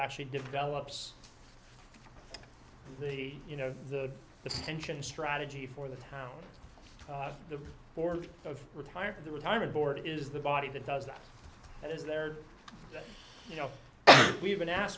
actually develops you know the the tension strategy for the town the board of retirement the retirement board is the body that does that and is there you know we've been asked